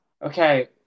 Okay